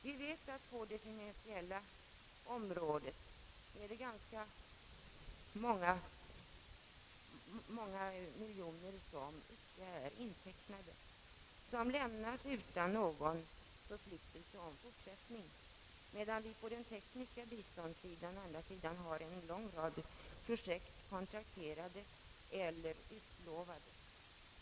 Vi vet att det på det finansiella området är ganska många miljoner, som icke är intecknade och som lämnas utan förpliktelse om fortsättning, medan vi när det gäller det tekniska biståndet har en lång rad projekt kontrakterade eller utlovade.